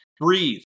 Breathe